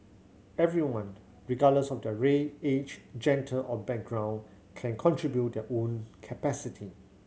everyone regardless of their age or background can contribute their own capacity